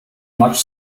much